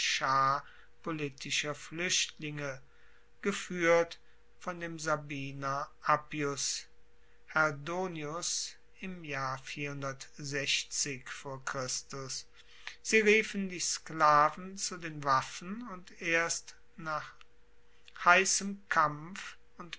politischer fluechtlinge gefuehrt von dem sabiner appius herdonius im jahr sie riefen die sklaven zu den waffen und erst nach heissem kampf und